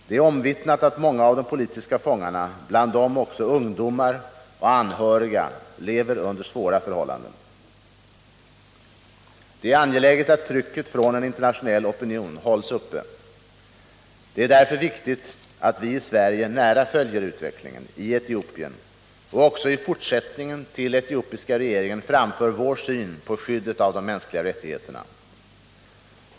Det är omvittnat att många av de politiska fångarna, bland dem också ungdomar och anhöriga, lever under svåra förhållanden. Det är angeläget att trycket från en internationell opinion hålls uppe. Det är därför viktigt att vi i Sverige nära följer utvecklingen i Etiopien och också i fortsättningen till etiopiska regeringen framför vår syn på skyddet av de mänskliga rättigheterna.